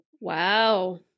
Wow